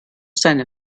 seine